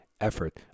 effort